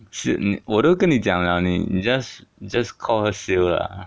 she~ 我都跟你讲了你你 just just call her syl lah